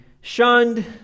shunned